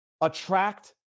attract